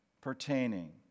pertaining